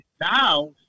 now